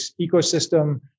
ecosystem